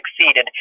succeeded